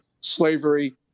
slavery